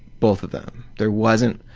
both of them. there wasn't